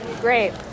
Great